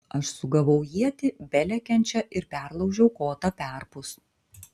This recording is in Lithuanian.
aš sugavau ietį belekiančią ir perlaužiau kotą perpus